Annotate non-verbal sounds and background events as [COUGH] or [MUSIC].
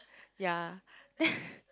ya [BREATH]